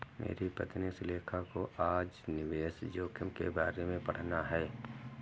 मेरी पत्नी सुलेखा को आज निवेश जोखिम के बारे में पढ़ना है